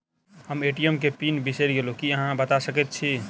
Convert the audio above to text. हम ए.टी.एम केँ पिन बिसईर गेलू की अहाँ बता सकैत छी?